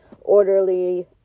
orderly